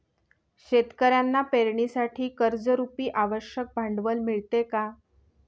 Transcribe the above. शेतकऱ्यांना पेरणीसाठी कर्जरुपी आवश्यक भांडवल मिळते का?